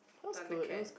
Thundercat